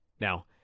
Now